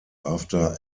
after